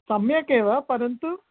सम्यक् एव परन्तु